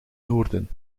noorden